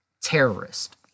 terrorist